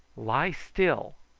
lie still!